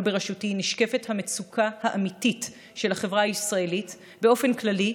בראשותי נשקפת המצוקה האמיתית של החברה הישראלית באופן כללי,